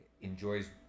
enjoys